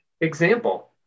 Example